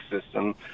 system